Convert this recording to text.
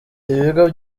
ibigo